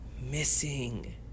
missing